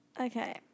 okay